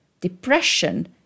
Depression